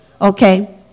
Okay